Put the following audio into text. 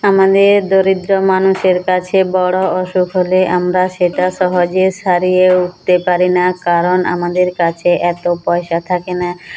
আমাদের দরিদ্র মানুষের কাছে বড়ো অসুখ হলে আমরা সেটা সহজে সারিয়ে উঠতে পারি না কারণ আমাদের কাছে এতো পয়সা থাকে না